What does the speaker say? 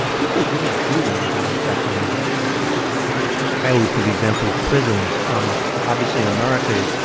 people really do want to have an effect on the world around them i always give the example of prisons. um obviously, in america,